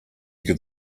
could